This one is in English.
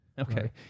Okay